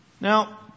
Now